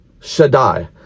Shaddai